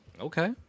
Okay